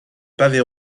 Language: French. pavé